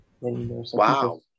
Wow